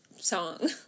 Song